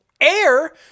Air